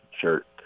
shirt